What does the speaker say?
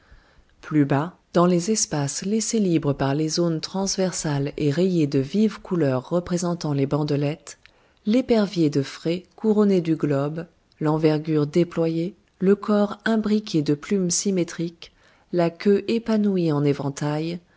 plus bas dans les espaces laissés libres par les zones transversales et rayées de vives couleurs représentant les bandelettes l'épervier de phré couronné du globe l'envergure éployée le corps imbriqué de plumes symétriques et la queue épanouie en éventail